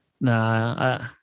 Nah